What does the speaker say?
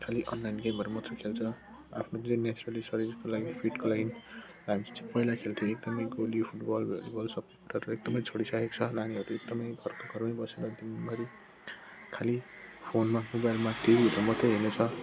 खाली अनलाइन गेमहरू मात्रै खेल्छ आफ्नो शरीरको लागि फिटको लागि हामी चाहिँ पहिला खेल्थ्यौँ एकदमै गोली फुटबल वुटबल सब गरेर एकदमै छोडिसकेको छ नानीहरूले एकदमै घरको घरमै बसेर खाली फोनमा मोबाइलमा टिभीहरू मात्रै हेर्नेछ